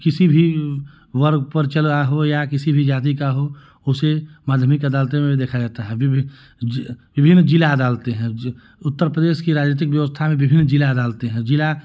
किसी भी वर्ग पर चल रहा हो या किसी भी जाति का हो उसे माधमिक अदालतों में देखा जाता है अभी भी विभिन्न जिला अदालतें हैं जो उत्तरप्रदेश की राजनीतिक बेवस्था में विभिन्न जिला अदालतें हैं जिला